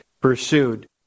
pursued